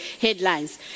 headlines